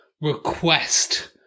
request